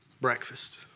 breakfast